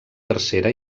tercera